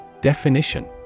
Definition